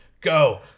go